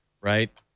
Right